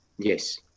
Yes